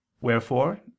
wherefore